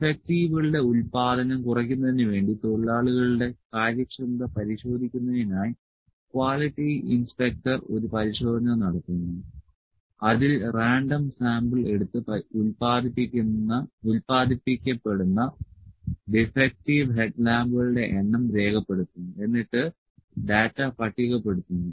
ഡിഫക്റ്റീവുകളുടെ ഉൽപാദനം കുറയ്ക്കുന്നതിന് വേണ്ടി തൊഴിലാളികളുടെ കാര്യക്ഷമത പരിശോധിക്കുന്നതിനായി ക്വാളിറ്റി ഇൻസ്പെക്ടർ ഒരു പരിശോധന നടത്തുന്നു അതിൽ റാൻഡം സാമ്പിൾ എടുത്ത് ഉൽപാദിപ്പിക്കപ്പെടുന്ന ഡിഫെക്ടിവ് ഹെഡ്ലാമ്പുകളുടെ എണ്ണം രേഖപ്പെടുത്തുന്നു എന്നിട്ട് ഡാറ്റ പട്ടികപ്പെടുത്തുന്നു